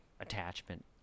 attachment